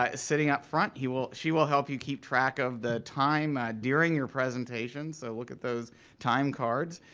um sitting up front. she will she will help you keep track of the time during your presentation so look at those time cards.